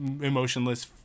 emotionless